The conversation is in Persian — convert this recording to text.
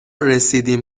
رسیدیم